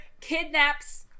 kidnaps